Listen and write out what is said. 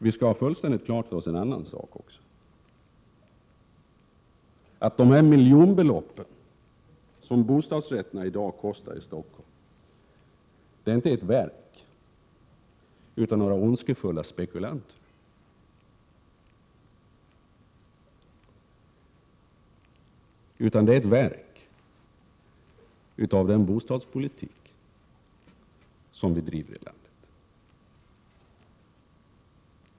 Vi skall ha fullständigt klart för oss en annan sak också — att de miljonbelopp som bostadsrätterna i dag kostar i Stockholm är inte ett verk av några ondskefulla spekulanter, utan det är ett verk av den bostadspolitik som bedrivs i landet.